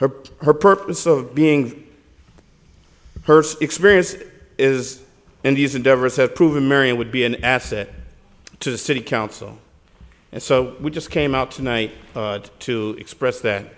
her her purpose of being a person experience is in these endeavors have proven marion would be an asset to the city council and so we just came out tonight to express that